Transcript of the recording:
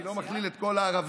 אני לא מכליל את כל הערבים,